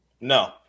no